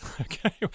Okay